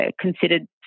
considered